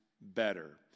better